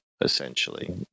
essentially